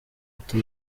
ati